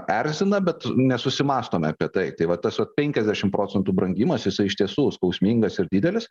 erzina bet nesusimąstome apie tai tai vat tas vat penkiasdešim procentų brangimas jisai iš tiesų skausmingas ir didelis